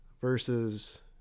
versus